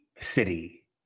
city